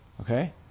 Okay